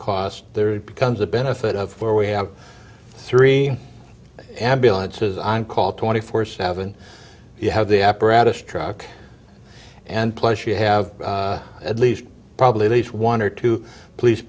cost there it becomes a benefit of where we have three ambulances on call twenty four seven you have the apparatus truck and plus you have at least probably least one or two p